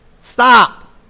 Stop